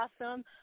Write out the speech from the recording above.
awesome